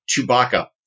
Chewbacca